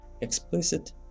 Explicit